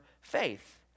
faith